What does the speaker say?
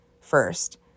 first